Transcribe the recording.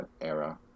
era